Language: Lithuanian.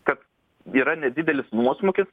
kad yra nedidelis nuosmukis